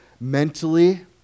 Mentally